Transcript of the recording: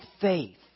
faith